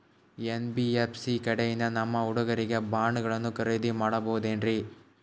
NBFC ಕಡೆಯಿಂದ ನಮ್ಮ ಹುಡುಗರಿಗೆ ಬಾಂಡ್ ಗಳನ್ನು ಖರೀದಿದ ಮಾಡಬಹುದೇನ್ರಿ?